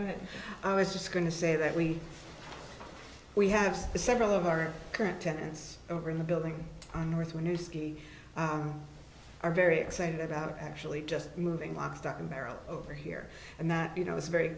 and i was just going to say that we we have several of our current tenants over in the building on north when you ski are very excited about actually just moving lock stock and barrel over here and that you know it's very